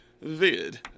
vid